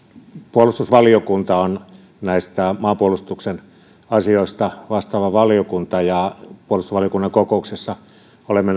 puolustusvaliokunta on näistä maanpuolustuksen asioista vastaava valiokunta ja puolustusvaliokunnan kokouksessa olemme